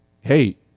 hey